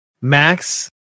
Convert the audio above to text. Max